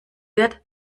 wird